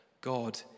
God